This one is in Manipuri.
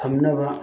ꯊꯝꯅꯕ